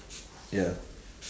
ya